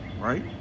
right